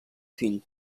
fill